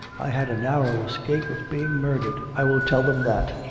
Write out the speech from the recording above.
i had a narrow escape of being murdered. i will tell them that.